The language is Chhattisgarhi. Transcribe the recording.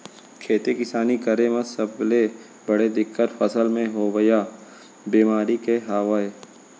खेती किसानी करे म सबले बड़े दिक्कत फसल म होवइया बेमारी के हवय